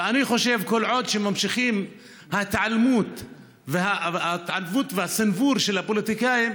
ואני חושב שכל עוד נמשכים ההתעלמות והסנוור של הפוליטיקאים,